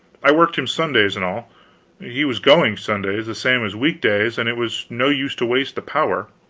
i worked him sundays and all he was going, sundays, the same as week days, and it was no use to waste the power.